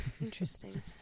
Interesting